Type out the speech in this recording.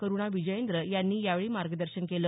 करुणा विजयेंद्र यांनी यावेळी मार्गदर्शन केलं